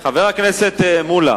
חבר הכנסת מולה,